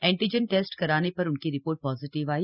antigen test कराने पर उनकी रिपोर्ट पॉजिटिव आई